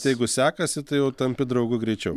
jeigu sekasi tai jau tampi draugu greičiau